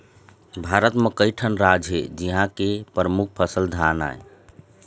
भारत म कइठन राज हे जिंहा के परमुख फसल धान आय